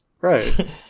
Right